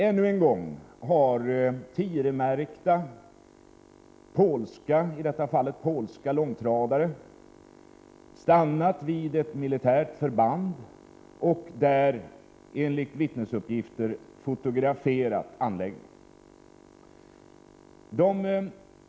Ännu en gång har TIR-märkta, i detta fall polska, långtradare stannat vid ett militärt förband och besättningarna har där enligt vittnesuppgifter fotograferat anläggningen.